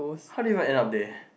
how did you even end up there